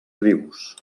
rius